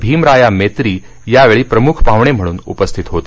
भीमराया मेत्री यावेळी प्रमुख पाहणे म्हणन उपस्थित होते